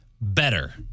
better